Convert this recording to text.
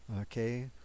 okay